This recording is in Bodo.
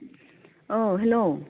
औ हेल्ल'